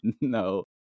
no